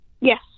Yes